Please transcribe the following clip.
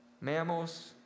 mammals